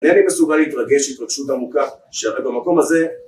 אינני מסוגל להתרגש התרגשות עמוקה, שהרי במקום הזה.